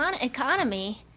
economy